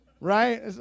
Right